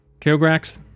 Kilgrax